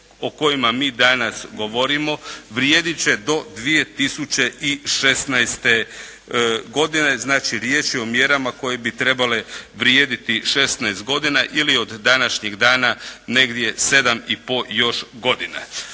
o kojima mi danas govorimo vrijedit će do 2016. godine. Znači riječ je o mjerama koje bi trebale vrijediti 16 godina ili od današnjeg dana negdje 7 i